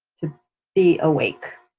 to be awake,